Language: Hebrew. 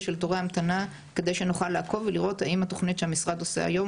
של תורי המתנה כדי שנוכל לעקוב ולראות האם התוכנית שהמשרד עושה היום,